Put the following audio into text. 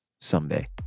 someday